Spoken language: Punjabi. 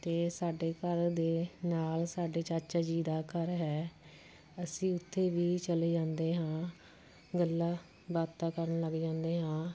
ਅਤੇ ਸਾਡੇ ਘਰ ਦੇ ਨਾਲ ਸਾਡੇ ਚਾਚਾ ਜੀ ਦਾ ਘਰ ਹੈ ਅਸੀਂ ਉੱਥੇ ਵੀ ਚਲੇ ਜਾਂਦੇ ਹਾਂ ਗੱਲਾਂ ਬਾਤਾਂ ਕਰਨ ਲੱਗ ਜਾਂਦੇ ਹਾਂ